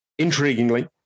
Intriguingly